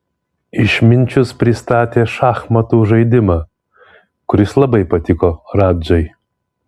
išminčius pristatė šachmatų žaidimą kuris labai patiko radžai